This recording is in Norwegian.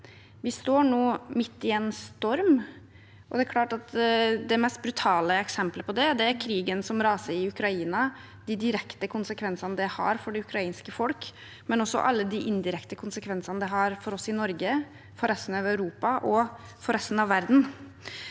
Vi står nå midt i en storm, og det er klart at det mest brutale eksempelet på det er krigen som raser i Ukraina, de direkte konsekvensene det har for det ukrainske folk, men også alle de indirekte konsekvensene det har for oss i Norge, for resten av Europa og for resten av verden.